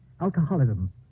alcoholism